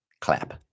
clap